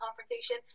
confrontation